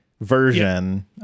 version